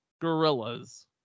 gorillas